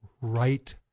right